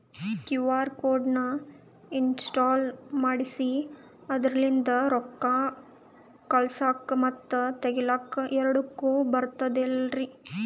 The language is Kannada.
ಕ್ಯೂ.ಆರ್ ಕೋಡ್ ನ ಇನ್ಸ್ಟಾಲ ಮಾಡೆಸಿ ಅದರ್ಲಿಂದ ರೊಕ್ಕ ಹಾಕ್ಲಕ್ಕ ಮತ್ತ ತಗಿಲಕ ಎರಡುಕ್ಕು ಬರ್ತದಲ್ರಿ?